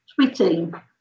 tweeting